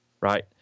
right